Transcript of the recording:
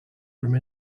from